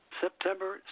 September